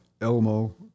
Elmo